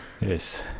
Yes